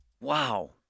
Wow